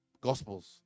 Gospels